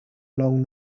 along